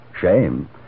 Shame